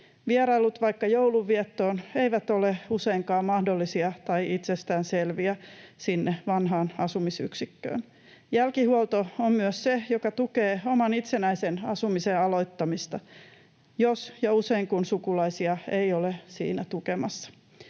sinne vanhaan asumisyksikköön eivät ole useinkaan mahdollisia tai itsestään selviä. Jälkihuolto on myös se, joka tukee oman itsenäisen asumisen aloittamista, jos ja usein kun sukulaisia ei ole siinä tukemassa.